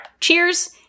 Cheers